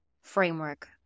framework